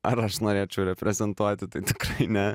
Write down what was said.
ar aš norėčiau reprezentuoti tai tikrai ne